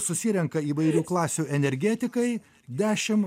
susirenka įvairių klasių energetikai dešim